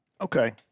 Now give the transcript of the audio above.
Okay